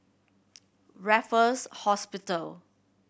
Raffles Hospital